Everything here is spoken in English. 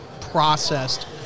processed